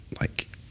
Like-